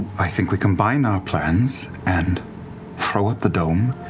i think we combine our plans and throw up the dome,